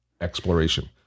exploration